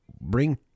bring